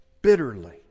bitterly